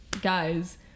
guys